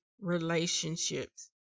relationships